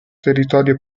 territorio